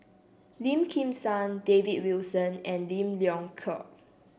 Lim Kim San David Wilson and Lim Leong Geok